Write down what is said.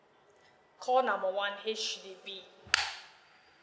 call number one H_D_B